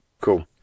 Cool